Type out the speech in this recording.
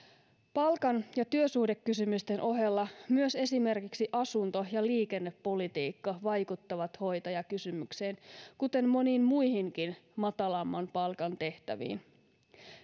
palkan ja työsuhdekysymysten ohella myös esimerkiksi asunto ja liikennepolitiikka vaikuttavat hoitajakysymykseen kuten moniin muihinkin matalamman palkan tehtäviin